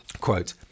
quote